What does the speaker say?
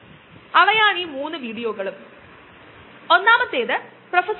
അതിനാൽ അങ്ങനെയൊരു റിയാക്ടറിനെ സോളിഡ് സ്റ്റേറ്റ് ബയോറിയാക്ടർ എന്ന് വിളിക്കുന്നു